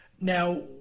Now